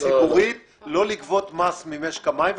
ציבורית לא לגבות מס ממשק המים,